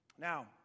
Now